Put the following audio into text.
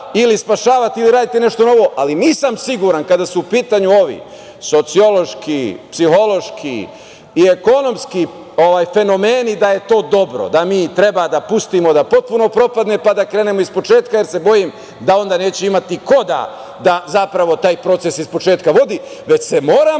onda spašavati ili radite nešto novo. Ali, nisam siguran kada su u pitanju ovi socijološki, psihološki i ekonomski fenomeni da je to dobro, da mi treba da pustimo da potpuno propadne pa da krenemo ispočetka, jer se bojim da onda neće imati ko da zapravo taj proces ispočetka vodi, već se moramo